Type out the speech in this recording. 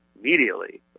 immediately